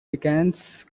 pickens